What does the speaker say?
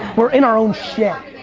we're in our own shit.